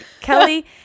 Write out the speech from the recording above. Kelly